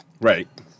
Right